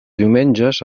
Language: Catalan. diumenges